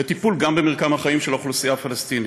וטיפול גם במרקם החיים של האוכלוסייה הפלסטינית.